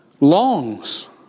longs